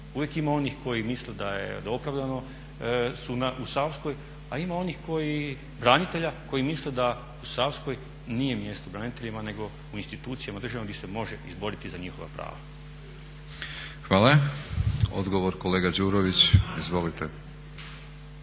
Uvijek ima onih koji misle da opravdano su u Savskoj, a ima onih branitelja koji misle da u Savskoj nije mjesto braniteljima nego u institucijama države gdje se može izboriti za njihova prava. **Batinić, Milorad (HNS)** Hvala. Odgovor kolega Đurović, izvolite.